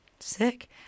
Sick